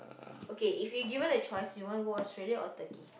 okay if you given a choice you want go Australia or Turkey